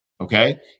Okay